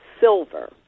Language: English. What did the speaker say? silver